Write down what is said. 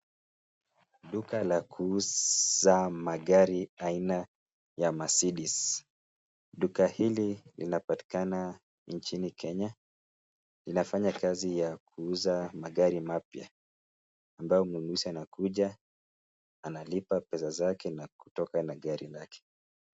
Duka la kuuza magari aina ya(cs) Mercedes(cs)Duka hili linapatikana nchini Kenya, linafanya kazi ya kuuza magari mapya ambayo mnunuzi anakuja analipa pesa zake na kutoka na gari lake.